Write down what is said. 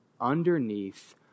underneath